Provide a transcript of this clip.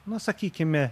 nu sakykime